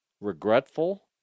regretful